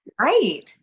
Right